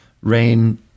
rain